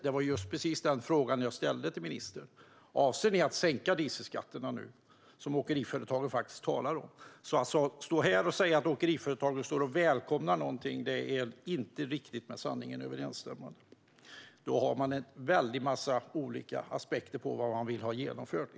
Det var precis den frågan jag ställde till ministern: Avser ni att sänka dieselskatterna nu, som åkeriföretagen talar om? Att stå här och säga att åkeriföretagen välkomnar någonting är inte riktigt med sanningen överensstämmande. Då har man en väldig massa olika aspekter på vad man vill ha genomfört.